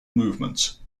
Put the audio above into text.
movements